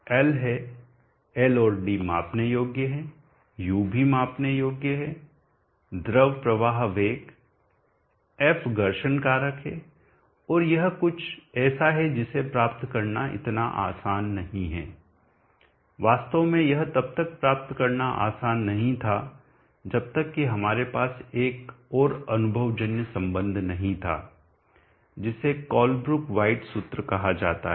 L है L और d मापने योग्य है u भी मापने योग्य है द्रव प्रवाह वेग f घर्षण कारक है और यह कुछ ऐसा है जिसे प्राप्त करना इतना आसान नहीं है वास्तव में यह तब तक प्राप्त करना आसान नहीं था जब तक कि हमारे पास एक और अनुभवजन्य संबंध नहीं था जिसे कोलब्रुक वाइट सूत्र कहा जाता है